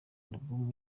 album